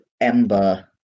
Ember